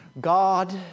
God